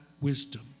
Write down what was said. wisdom